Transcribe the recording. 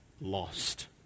lost